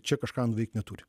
čia kažką nuveikt neturi